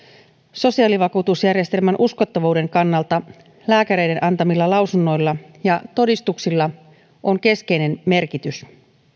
sosiaalivakuutusjärjestelmän uskottavuuden kannalta lääkäreiden antamilla lausunnoilla ja todistuksilla on keskeinen merkitys